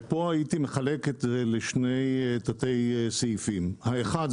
פה הייתי מחלק את זה לשני תתי סעיפים: אחד,